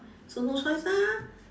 so no choice ah